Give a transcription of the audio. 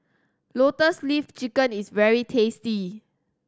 Lotus Leaf Chicken is very tasty